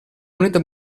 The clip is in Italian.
moneta